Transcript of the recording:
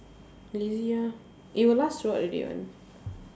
lazy ah it will last throughout the day one